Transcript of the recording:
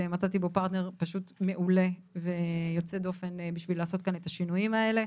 שמצאתי בו פרטנר מעולה ויוצא דופן בשביל לעשות כאן את השינויים האלה.